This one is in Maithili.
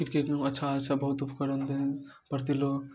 क्रिकेटमे अच्छा अच्छा बहुत ऊपकरण दै प्रतिलोक